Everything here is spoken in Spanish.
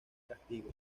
castigo